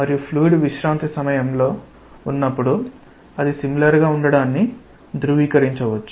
మరియు ఫ్లూయిడ్ విశ్రాంతి సమయంలో ఉన్నపుడు అది సిమిలర్ గా ఉండడాన్ని ధృవీకరించవచ్చు